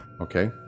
okay